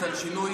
שקרן.